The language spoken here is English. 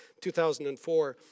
2004